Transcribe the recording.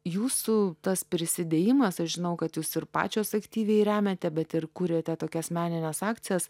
jūsų tas prisidėjimas aš žinau kad jūs ir pačios aktyviai remiate bet ir kuriate tokias menines akcijas